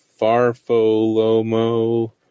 Farfolomo